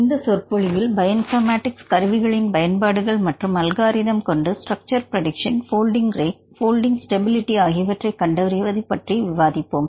இந்த சொற்பொழிவில் bio informatics கருவிகளின் பயன்பாடுகள் மற்றும் அல்காரிதம் கொண்டு structure prediction folding rate folding stability ஆகியவற்றை கண்டறிவது பற்றி விவாதிப்போம்